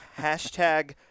hashtag